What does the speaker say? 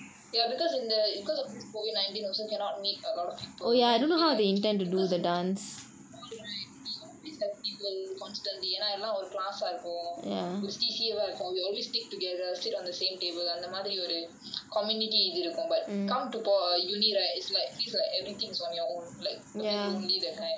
ya because in the because of this COVID nineteen also cannot meet a lot of people then you feel like because J_C all right we always have people contantly ஏனா எல்லாரும் ஒரு:yaenaa ellarum oru class eh இருப்போம் ஒரே:iruppom orae C_C இருப்போம்:iruppom we always stick together sit on the same table அந்த மாறி ஒரு:antha maari oru community easier இருக்கும்:irukkum but come to uni right like it is like feels like everything is on your own like a bit lonely that kind